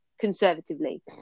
conservatively